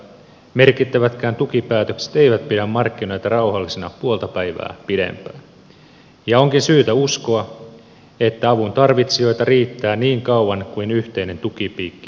merkittävätkään tukipäätökset eivät pidä markkinoita rauhallisina puolta päivää pidempään ja onkin syytä uskoa että avun tarvitsijoita riittää niin kauan kuin yhteinen tukipiikki on auki